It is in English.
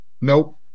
nope